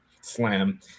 slam